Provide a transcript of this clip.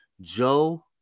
Joe